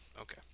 Okay